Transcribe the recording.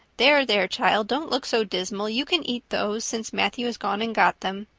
there, there, child, don't look so dismal. you can eat those, since matthew has gone and got them.